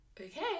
okay